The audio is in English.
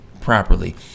properly